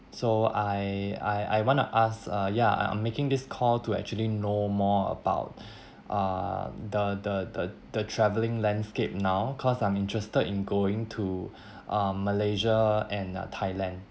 so I I I want to ask uh ya I'm making this call to actually know more about uh the the the the travelling landscape now cause I'm interested in going to um malaysia and uh thailand